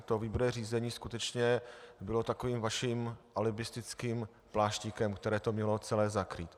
To výběrové řízení skutečně bylo takovým vaším alibistickým pláštíkem, který to měl celé zakrýt.